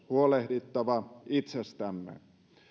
huolehdittava itsestämme